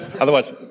Otherwise